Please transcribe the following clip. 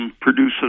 produces